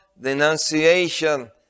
denunciation